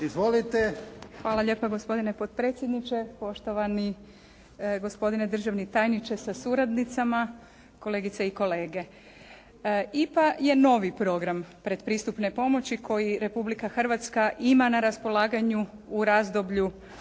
Hvala lijepo gospodine potpredsjedniče. Poštovani gospodine državni tajniče sa suradnicama, kolegice i kolege. IPA je novi program pretpristupne pomoći koji Republika Hrvatska ima na raspolaganju u razdoblju